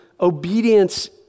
obedience